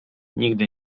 nigdy